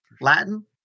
Latin